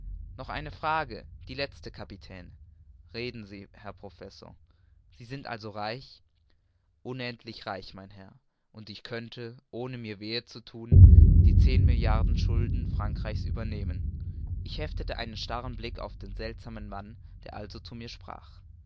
noch eine frage die letzte kapitän reden sie herr professor sie sind also reich unendlich reich mein herr und ich könnte ohne mir wehe zu thun die zehn milliarden schulden frankreichs übernehmen ich heftete einen starren blick auf den seltsamen mann der also zu mir sprach